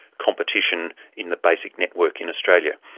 competition in the basic network in australia.